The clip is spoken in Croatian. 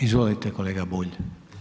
Izvolite, kolega Bulj.